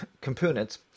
components